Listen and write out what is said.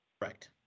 Right